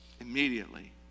immediately